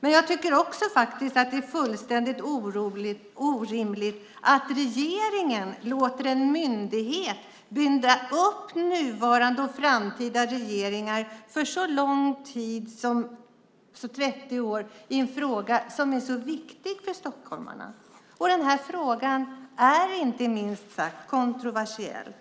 Det är fullständigt orimligt att regeringen låter en myndighet binda upp nuvarande regering och framtida regeringar för en så lång tid som 30 år i en fråga som är så viktig för stockholmarna. Den här frågan är minst sagt kontroversiell.